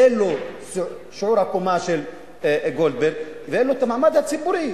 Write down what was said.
אין לו שיעור הקומה של גולדברג ואין לו המעמד הציבורי.